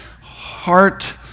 heart